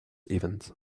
event